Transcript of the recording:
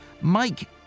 Mike